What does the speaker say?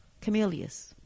Camellias